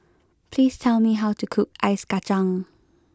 please tell me how to cook Ice Kacang